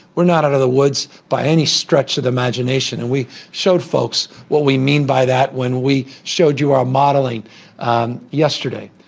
we're not out of the woods by any stretch of the imagination. and we showed folks what we mean by that when we showed you our modelling yesterday.